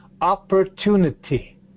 opportunity